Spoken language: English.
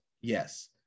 Yes